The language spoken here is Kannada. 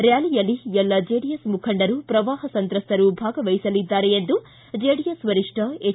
ರ್ಕಾಲಿಯಲ್ಲಿ ಎಲ್ಲ ಜೆಡಿಎಸ್ ಮುಖಂಡರು ಪ್ರವಾಹ ಸಂತ್ರಸ್ಥರು ಭಾಗವಹಿಸಲಿದ್ದಾರೆ ಎಂದು ಜೆಡಿಎಸ್ ವರಿಷ್ಠ ಹೆಚ್